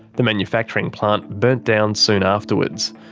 the manufacturing plant burnt down soon afterwards.